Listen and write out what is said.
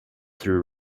through